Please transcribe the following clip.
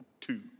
two